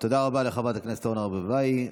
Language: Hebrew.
תודה רבה לחברת הכנסת אורנה ברביבאי.